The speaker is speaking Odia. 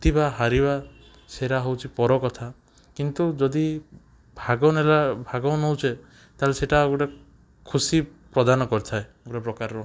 ଜିତିବା ହାରିବା ସେଟା ହେଉଛି ପରକଥା କିନ୍ତୁ ଯଦି ଭାଗ ନେଉଛେ ତା'ହେଲେ ସେଟା ଗୋଟେ ଖୁସି ପ୍ରଦାନ କରିଥାଏ ଗୋଟେ ପ୍ରକାରର